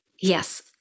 yes